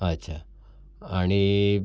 अच्छा आणि